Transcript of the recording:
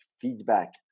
feedback